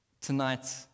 tonight